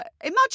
Imagine